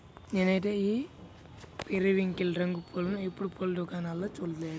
నేనైతే ఈ పెరివింకిల్ రంగు పూలను ఎప్పుడు పూల దుకాణాల్లో చూడలేదు